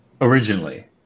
originally